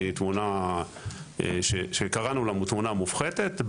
תמונה שקראנו לה "תמונה מופחתת".